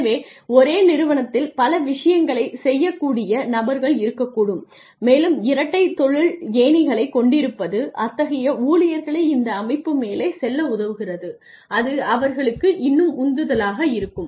எனவே ஒரே நேரத்தில் பல விஷயங்களைச் செய்யக்கூடிய நபர்கள் இருக்கக்கூடும் மேலும் இரட்டை தொழில் ஏணிகளைக் கொண்டிருப்பது அத்தகைய ஊழியர்களை இந்த அமைப்பு மேலே செல்ல உதவுகிறது அது அவர்களுக்கு இன்னும் உந்துதலாக இருக்கும்